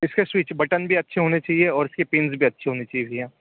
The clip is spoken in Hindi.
इसके स्विच बटन भी अच्छे होने चाहिए और इसके पिंस भी अच्छे होने चाहिए भैया